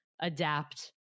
adapt